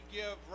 give